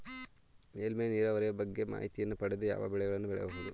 ಮೇಲ್ಮೈ ನೀರಾವರಿಯ ಬಗ್ಗೆ ಮಾಹಿತಿಯನ್ನು ಪಡೆದು ಯಾವ ಬೆಳೆಗಳನ್ನು ಬೆಳೆಯಬಹುದು?